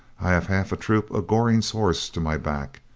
i have half a troop of goring's horse to my back.